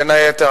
בין היתר,